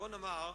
ובואו נאמר,